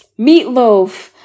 Meatloaf